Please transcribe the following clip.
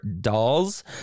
dolls